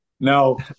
No